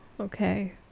Okay